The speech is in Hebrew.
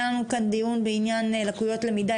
היה לנו כאן דיון בעניין לקויות למידה,